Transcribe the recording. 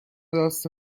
راست